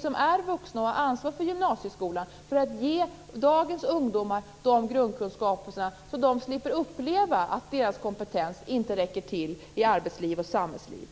som är vuxna och har ansvaret för gymnasieskolan anstränga oss särskilt mycket för att ge dagens ungdomar de grundkunskaperna, så att de slipper uppleva att deras kompetens inte räcker till i arbetsliv och samhällsliv.